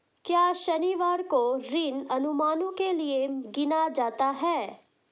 क्या शनिवार को ऋण अनुमानों के लिए गिना जाता है?